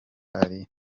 ari